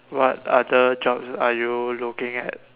what other jobs are you looking at